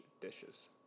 dishes